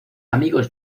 amigos